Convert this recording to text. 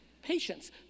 patience